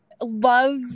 love